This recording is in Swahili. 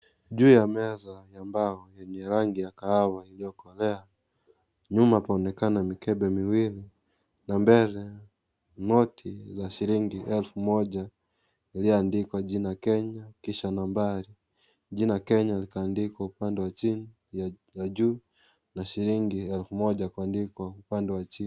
Juu ya meza ya mbao yenye rangi ya kahawa iliyokolea, nyuma panaonekana mikembe miwili, na mbele noti ya shilingi elfu moja iliyoandikwa jina Kenya kisha nambari. Jina Kenya likaandikwa upande wa juu na shilingi elfu moja kuandikwa upande wa chini.